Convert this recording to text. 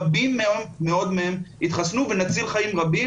רבים מאוד מהם יתחסנו ונציל חיים רבים.